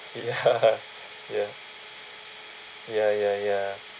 ya ya ya ya ya